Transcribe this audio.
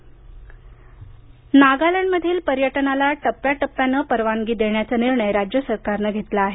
नागालँड नागालँडमधील पर्यटनाला टप्प्याटप्प्यानं परवानगी देण्याचा निर्णय राज्य सरकारनं घेतला आहे